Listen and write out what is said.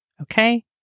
Okay